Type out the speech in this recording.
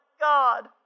God